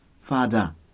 Father